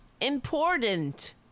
Important